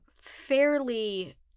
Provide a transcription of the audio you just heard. fairly